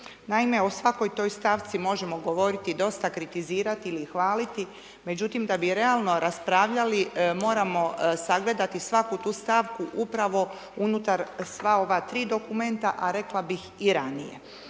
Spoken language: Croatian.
Naime, u svakoj toj stavci možemo govoriti, dosta kritizirati ili hvaliti, međutim da bi realno raspravljali, moramo sagledati svaku tu stavku upravo unutar sva ova 3 dokumenta a rekla bih i ranije.